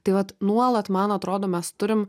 tai vat nuolat man atrodo mes turim